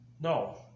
No